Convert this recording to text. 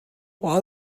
while